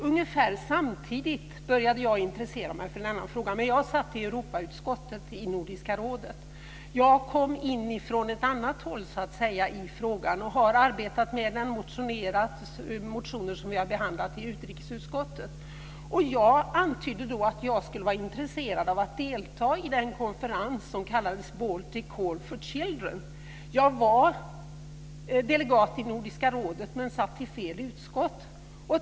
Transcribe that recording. Ungefär samtidigt började jag intressera mig för denna fråga, men jag satt i Europautskottet i Nordiska rådet. Jag kom in i frågan från ett annat håll. Jag hade arbetat med den och väckt motioner som behandlats i utrikesutskottet. Jag antydde att jag var intresserad att delta i den konferens som kallades Baltic Call for Children. Jag var delegat i Nordiska rådet, men satt i fel utskott.